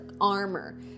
armor